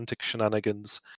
shenanigans